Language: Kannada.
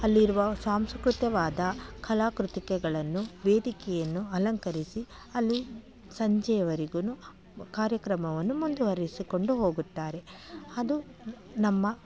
ಅಲ್ಲಿರುವ ಸಾಂಸ್ಕೃತವಾದ ಕಲಾಕೃತಿಗಳನ್ನು ವೇದಿಕೆಯನ್ನು ಅಲಂಕರಿಸಿ ಅಲ್ಲಿ ಸಂಜೆಯವರೆಗೂ ಕಾರ್ಯಕ್ರಮವನ್ನು ಮುಂದುವರೆಸಿಕೊಂಡು ಹೋಗುತ್ತಾರೆ ಅದು ನಮ್ಮ